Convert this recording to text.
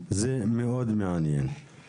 זה מאוד מעניין.